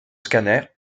scanner